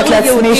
לאפשר ליהודים,